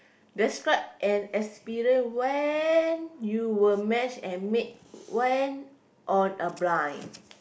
describe an experience when you were matchmade went on a blind